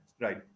right